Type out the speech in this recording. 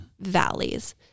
valleys